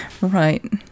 right